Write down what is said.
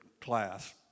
class